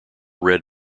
red